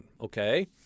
Okay